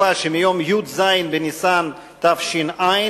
בתקופה שמיום י"ז בניסן תש"ע,